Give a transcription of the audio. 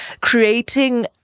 creating